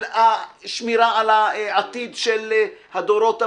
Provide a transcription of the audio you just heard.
של שמירה על העתיד של הדורות הבאים,